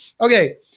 Okay